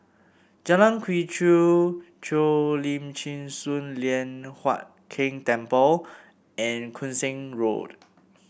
Jalan Quee Chew Cheo Lim Chin Sun Lian Hup Keng Temple and Koon Seng Road